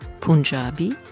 Punjabi